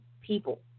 people